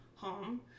home